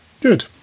Good